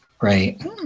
right